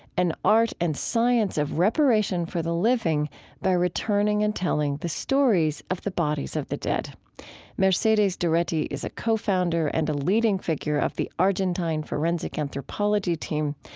an art and science of reparation for the living by returning and telling the stories of the bodies of the dead mercedes doretti is a co-founder and a leading figure of the argentine forensic anthropology team.